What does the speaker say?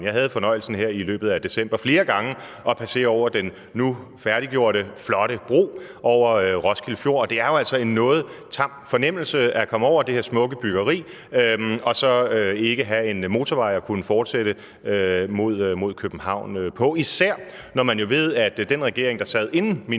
så havde jeg her i december flere gange fornøjelsen af at passere den nu færdiggjorte, flotte bro over Roskilde Fjord, og det er jo altså en noget tam fornemmelse at komme over det her smukke bygningsværk og så ikke have en motorvej at kunne fortsætte mod København på, især når man jo ved, at den regering, der sad, inden ministeren